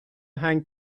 hang